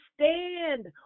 stand